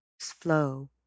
flow